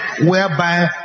whereby